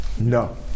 No